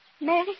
Mary